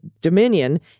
Dominion